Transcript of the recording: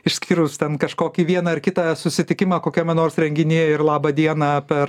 išskyrus ten kažkokį vieną ar kitą susitikimą kokiame nors renginyje ir laba diena per